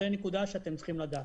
זו נקודה שאתם צריכים לדעת.